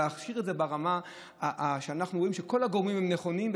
להכשיר את זה ברמה שאנחנו רואים שכל הגורמים הם נכונים,